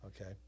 Okay